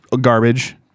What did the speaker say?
garbage